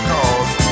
Cause